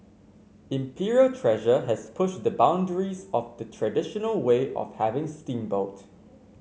Imperial Treasure has pushed the boundaries of the traditional way of having steamboat